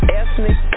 ethnic